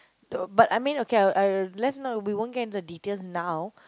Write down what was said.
the but I mean okay lah I'll I'll let's not we won't get into details now